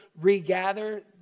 regather